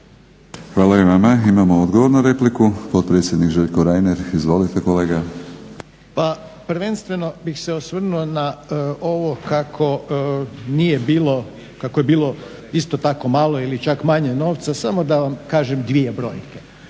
Hvala i vama. Imamo odgovor na repliku, potpredsjednik Željko Reiner. Izvolite kolega. **Reiner, Željko (HDZ)** Pa prvenstveno bih se osvrnuo na ovo kako je bilo isto tako malo ili čak manje novca. Samo da vam kažem dvije brojke,